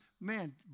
man